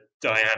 diana